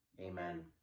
Amen